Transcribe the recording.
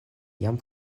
jam